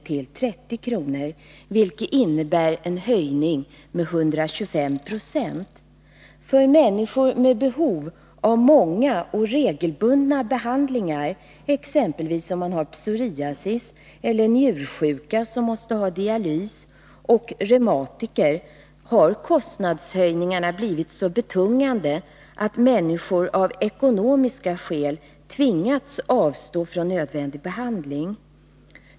till 30 kr., vilket innebär en höjning med 125 20. För människor med behov av många och regelbundna behandlingar, exempelvis psoriasissjuka, njursjuka som måste ha dialys och reumatiker, har kostnadshöjningarna blivit så betungande, att människor av ekonomiska skäl tvingas avstå från nödvändig behandling.